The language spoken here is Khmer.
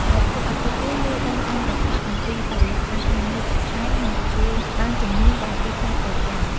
ដែលធ្វើឱ្យពួកគេយល់ដឹងកាន់តែច្បាស់អំពីបរិយាកាសការងារជាក់ស្តែង និងទទួលបានជំនាញដែលទីផ្សារត្រូវការ។